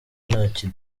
ntacyo